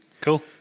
Cool